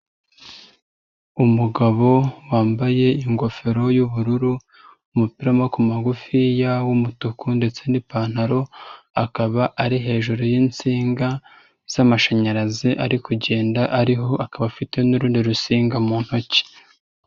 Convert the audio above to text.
Umugabo wambaye ingofero y'ubururu, umupira w'amaboko magufiya w'umutuku ndetse n'ipantaro, akaba ari hejuru y'insinga z'amashanyarazi ari kugenda ariho, akaba afite n'urundi rusinga mu ntoki.